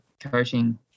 coaching